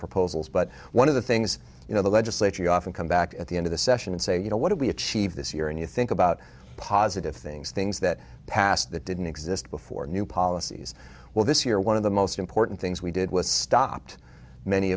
proposals but one of the things you know the legislature you often come back at the end of the session and say you know what do we achieve this year and you think about positive things things that passed that didn't exist before new policies well this year one of the most important things we did was stopped many